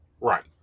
Right